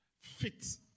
fits